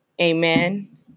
amen